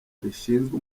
rishinzwe